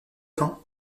fin